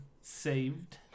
saved